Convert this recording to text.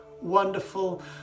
wonderful